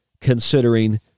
considering